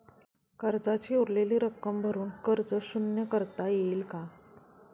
कर्जाची उरलेली रक्कम भरून कर्ज शून्य करता येईल का?